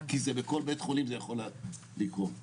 זה אחד הדברים הכי טובים שקרו לי בחיים.